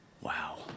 Wow